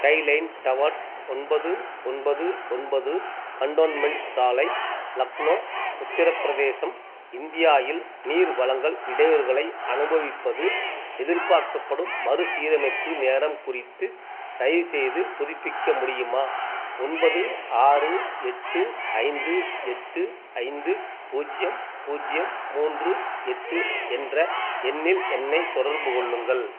skyline Towers ஒன்பது ஒன்பது ஒன்பது கன்டோன்மெண்ட் சாலை லக்னோ உத்திரப்பிரதேசம் இந்தியா இல் நீர் வழங்கல் இடையூறுகளை அனுபவிப்பது எதிர்பார்க்கப்படும் மறுசீரமைப்பு நேரம் குறித்து தயவு செய்து புதுப்பிக்க முடியுமா ஒன்பது ஆறு எட்டு ஐந்து எட்டு ஐந்து பூஜ்ஜியம் பூஜ்ஜியம் மூன்று எட்டு என்ற எண்ணில் என்னைத் தொடர்பு கொள்ளுங்கள்